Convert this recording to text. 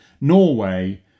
Norway